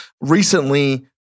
Recently